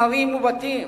ערים ובתים,